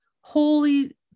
holy